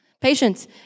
patience